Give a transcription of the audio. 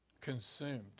Consumed